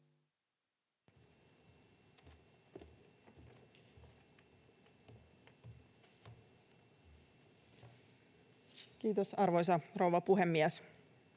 Content: Arvoisa rouva puhemies!